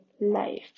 life